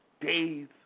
days